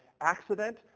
accident